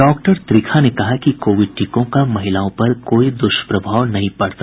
doctor Trikha ने कहा कि कोविड टीको का महिलाओं पर कोई दुष्प्रभाव नहीं पड़ता